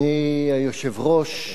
אדוני היושב-ראש,